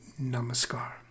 Namaskar